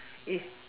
is